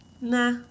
Nah